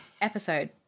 episode